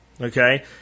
okay